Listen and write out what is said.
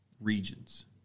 regions